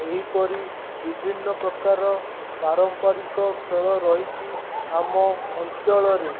ଏହିପରି ବିଭିନ୍ନ ପ୍ରକାର ପାରମ୍ପରିକ ଖେଳ ରହିଛି ଆମ ଅଞ୍ଚଳରେ